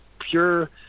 pure